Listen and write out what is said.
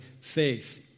faith